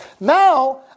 Now